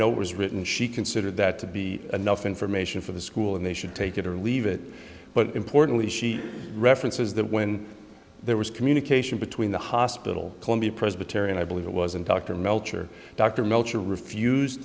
know was written she considered that to be enough information for the school and they should take it or leave it but importantly she references that when there was communication between the hospital columbia presbyterian i believe it was in dr melcher dr melcher refuse